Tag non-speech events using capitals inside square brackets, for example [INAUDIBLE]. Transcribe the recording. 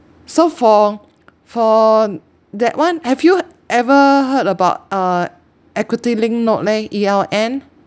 so for [NOISE] for that one have you ever heard about uh equity linked note leh E_L_N